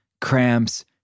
cramps